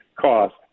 cost